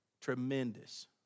Tremendous